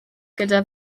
gyda